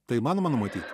tai įmanoma numatyt